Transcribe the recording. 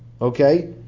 Okay